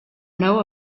know